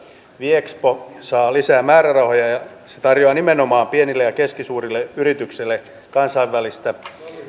viexpo saa lisää määrärahoja ja se tarjoaa nimenomaan pienille ja keskisuurille yrityksille